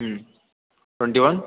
ம் twenty one